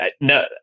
no